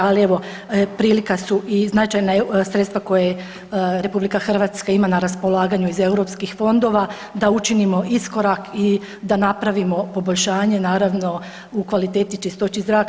Ali evo prilika su i značajna sredstva koje RH ima na raspolaganju iz europskih fondova da učinimo iskorak i da napravimo poboljšanje naravno u kvaliteti i čistoći zraka.